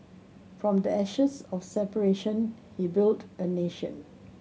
from the ashes of separation he built a nation